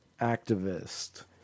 activist